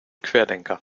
querdenker